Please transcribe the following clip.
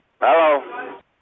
Hello